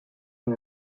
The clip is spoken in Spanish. con